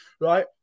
Right